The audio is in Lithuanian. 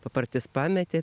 papartis pametė